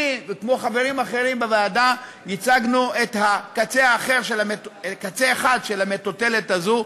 אני וחברים אחרים בוועדה הצגנו קצה אחד של המטוטלת הזאת,